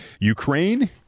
Ukraine